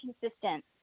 consistent